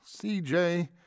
CJ